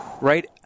Right